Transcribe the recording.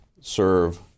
serve